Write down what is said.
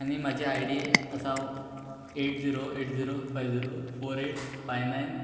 आनी म्हाजी आयडी आसा eight zero eight zero five zero four eight five nine